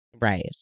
right